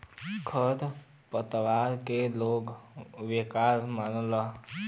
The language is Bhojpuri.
खर पतवार के लोग बेकार मानेले